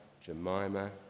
Jemima